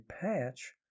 patch